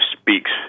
speaks